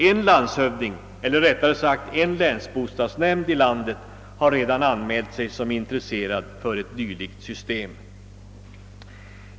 En landshövding eller, rättare sagt, en länsbostadsnämnd i landet har redan anmält intresse för ett dylikt system!